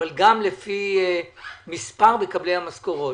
אבל גם לפי מספר מקבלי המשכורות.